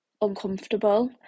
uncomfortable